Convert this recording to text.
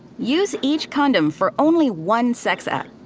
use each condom for only one sex act.